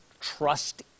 trust